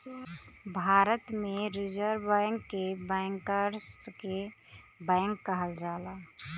भारत में reserve bank के bankers के बैंक कहल जाला